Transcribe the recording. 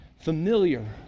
familiar